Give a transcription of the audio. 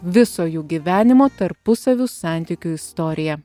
viso jų gyvenimo tarpusavio santykių istorija